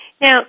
Now